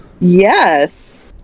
Yes